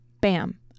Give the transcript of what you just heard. bam